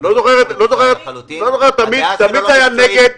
הוא תמיד היה נגד,